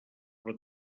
però